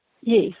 Yes